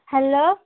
hello